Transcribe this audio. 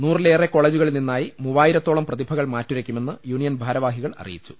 നൂറിലേറെ കോളേജുകളിൽ നിന്നായി മൂവായിരത്തോളം പ്രതിഭകൾ മാറ്റുരയ്ക്കുമെന്ന് യൂണിയൻ ഭാര വാഹികൾ അറിയിച്ചു